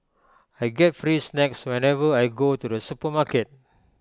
I get free snacks whenever I go to the supermarket